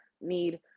need